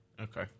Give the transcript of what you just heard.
Okay